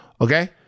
Okay